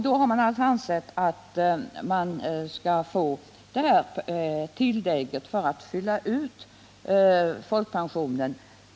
Då har man alltså ansett att man skall kunna få det här tillägget för att fylla ut folkpensionen.